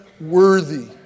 worthy